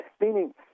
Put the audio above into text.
meaning